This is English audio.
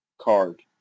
card